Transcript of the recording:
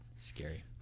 Scary